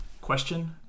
Question